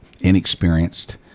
inexperienced